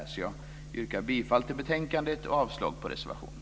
Jag yrkar därför bifall till utskottets hemställan i betänkandet och avslag på reservationerna.